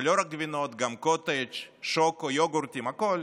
ולא רק גבינות, גם קוטג', שוקו, יוגורטים, הכול.